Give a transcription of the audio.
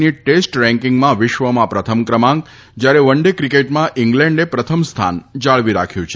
ની ટેસ્ટ રેન્કિંગમાં વિશ્વમાં પ્રથમ ક્રમાંક જયારે વન ડે ક્રિકેટમાં ઇંગ્લેન્ડે પ્રથમ સ્થાન જાળવી રાખ્યું છે